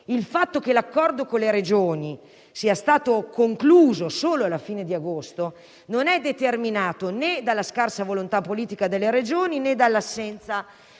Il fatto che l'accordo con le Regioni sia stato concluso solo alla fine di agosto non è determinato né dalla scarsa volontà politica delle Regioni, né dall'assenza